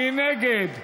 מי נגד?